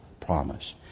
promise